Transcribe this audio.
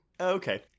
Okay